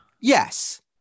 Yes